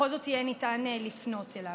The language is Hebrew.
בכל זאת יהיה ניתן לפנות אליו.